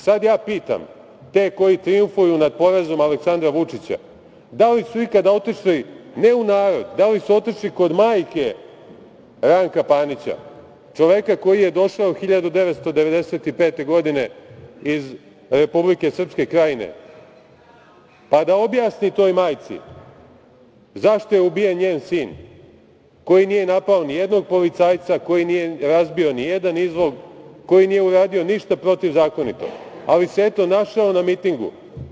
Sad ja pitam te koji trijumfuju nad porazom Aleksandra Vučića da li su ikada otišli ne u narod, da li su otišli kod majke Ranka Panića, čoveka koji je došao 1995. godine iz Republike Srpske Krajine, pa da objasni toj majci zašto je ubijen njen sin, koji nije napao nijednog policajca, koji nije razbio nijedan izlog, koji nije uradio ništa protivzakonito, ali se, eto, našao na mitingu?